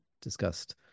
discussed